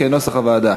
כנוסח הוועדה.